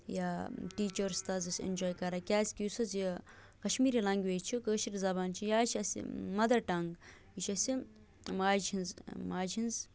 یا ٹیٖچٲرٕس تہِ حظ أسۍ اینٛجاے کَران کیٛازِ کہِ یُس حظ یہِ کَشمیٖری لنٛگویج چھِ کٲشِر زَبان چھِ یہِ حظ چھِ اَسہِ مَدر ٹنٛگ یہِ چھِ اَسہِ ماجہِ ہٕنٛز ماجہِ ہٕنٛز